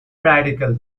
radical